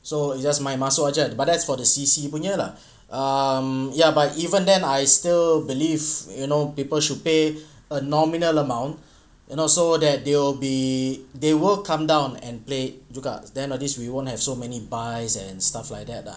so it's just my masuk lah kan but that's for the C_C punya lah um ya but even then I still believe you know people should pay a nominal amount and also that they will be they will come down and play juga then noticed we won't have so many buys and stuff like that lah